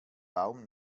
baum